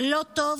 לא טוב